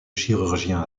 chirurgien